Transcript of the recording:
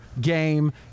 game